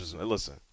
Listen